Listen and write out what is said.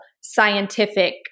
scientific